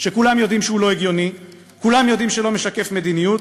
שכולם יודעים שהוא לא הגיוני וכולם יודעים שהוא לא משקף מדיניות,